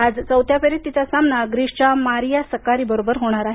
आज चौथ्या फेरीत तिचा सामना ग्रीसच्या मारिया सक्का री बरोबर होणार आहे